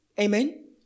Amen